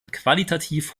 qualitativ